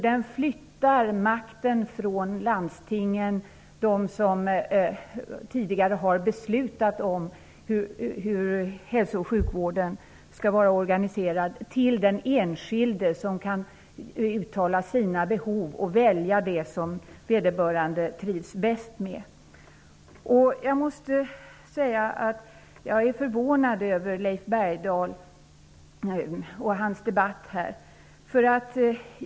Den flyttar makten från landstingen, de som tidigare har fattat beslut om hur hälso och sjukvården skall vara organiserad, till den enskilde, som kan välja den vård som vederbörande trivs bäst med. Jag är förvånad över Leif Bergdahls resonemang.